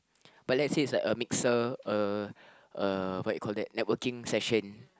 but let's say it's like a mixer uh uh what do you call that networking session